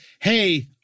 hey